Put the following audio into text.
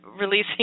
releasing